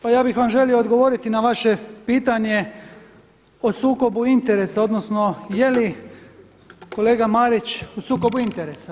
Pa ja bih vam želio odgovoriti na vaše pitanje o sukobu interesa odnosno jeli kolega Marić u sukobu interesa.